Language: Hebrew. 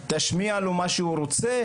תשמיע לו מה שהוא רוצה,